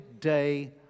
day